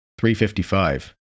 355